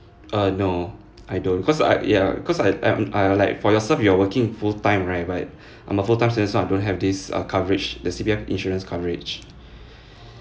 err no I don't cause I ya cause I I'm I uh like for yourself you are working full time right but I'm a full time student so I don't have this uh coverage the C_P_F insurance coverage